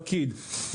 פקיד.